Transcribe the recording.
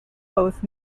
both